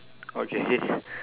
okay